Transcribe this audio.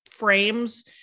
frames